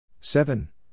Seven